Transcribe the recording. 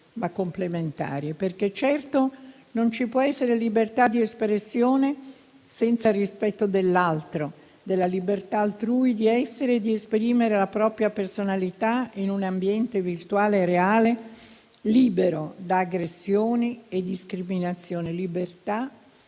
ma complementari, perché è certo che non ci può essere libertà di espressione senza il rispetto dell'altro, della libertà altrui di essere e di esprimere la propria personalità in un ambiente virtuale e reale, libero da aggressioni e discriminazioni: libertà